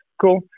cool